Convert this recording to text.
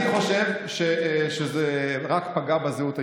אני חושב שזה רק פגע בזהות היהודית.